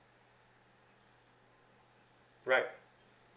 right